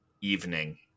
evening